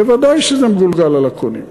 ודאי שזה מגולגל על הקונים.